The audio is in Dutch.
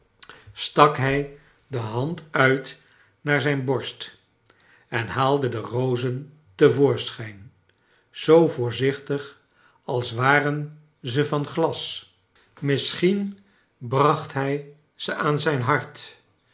stak kleine doekit hij de hand uit naar zijn borst en haalde de rozen te voorschijn zoo voorzichtig als waren ze van glas misschien bracht hij ze aan zijn hart